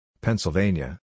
Pennsylvania